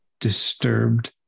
disturbed